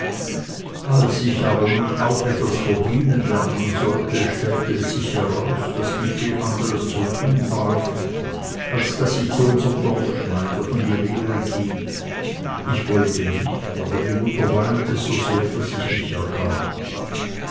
als ich aber nun auch etwas verdienen lernen sollte stellte es sich heraus daß nicht viel anderes zu tun war als daß ich zu unserm dorfschneider in die lehre ging ich wollte nicht aber die mutter weinte so sehr daß ich mich ergab